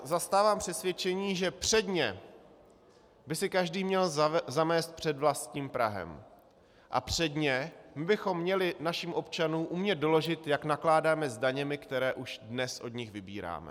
Zastávám přesvědčení, že předně by si každý měl zamést před vlastním prahem a předně bychom měli našim občanům umět doložit, jak nakládáme s daněmi, které už dnes od nich vybíráme.